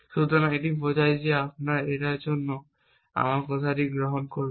সুতরাং এটা বোঝায় যে আপনি এটার জন্য আমার কথাটি গ্রহণ করবেন